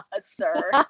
sir